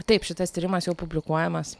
taip šitas tyrimas jau publikuojamas